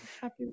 happy